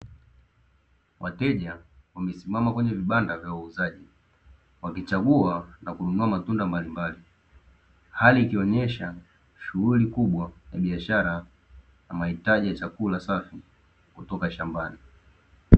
Wateja wamesimama kwenye vibanda vya wauzaji, wakichagua na kununua matunda mbalimbali. Hali ikionyesha shughuli kubwa ya biashara na mahitaji ya chakula safi kutoka shambani.